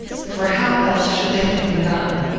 for how else should they have been gotten?